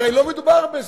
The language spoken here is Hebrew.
הרי לא מדובר בזה.